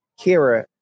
Kira